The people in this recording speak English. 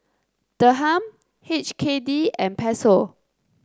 Dirham H K D and Peso